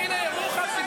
לכי לירוחם.